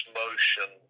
motion